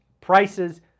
prices